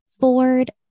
Ford